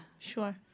Sure